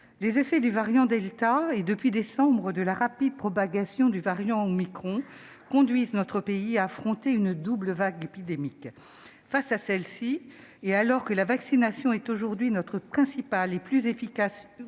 les effets du variant delta et, depuis décembre, de la rapide propagation du variant omicron, conduisent notre pays à affronter une double vague épidémique. Face à celle-ci, et alors que la vaccination est aujourd'hui notre principal et plus efficace